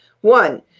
One